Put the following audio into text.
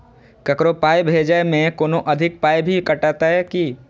ककरो पाय भेजै मे कोनो अधिक पाय भी कटतै की?